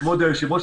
כבוד היושב-ראש,